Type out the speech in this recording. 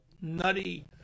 nutty